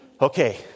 Okay